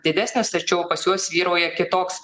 didesnis tačiau pas juos vyrauja kitoks